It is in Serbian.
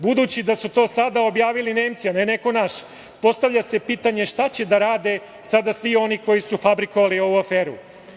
Budući da su to sada objavili Nemci, a ne neko naš, postavlja se pitanje šta će da rade sada svi oni koji su fabrikovali ovu aferu?